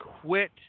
quit